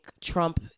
Trump